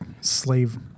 slave